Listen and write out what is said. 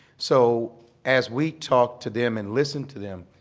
so as we talk to them and listen to them,